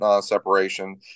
separation